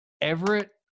Everett